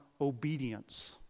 obedience